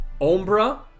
Ombra